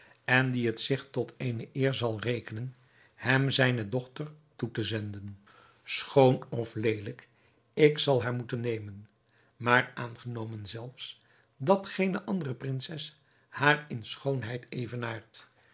en die het zich tot eene eer zal rekenen hem zijne dochter toe te zenden schoon of leelijk ik zal haar moeten nemen maar aangenomen zelfs dat geene andere prinses haar in schoonheid evenaart